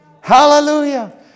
Hallelujah